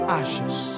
ashes